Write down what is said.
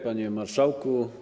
Panie Marszałku!